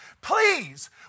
please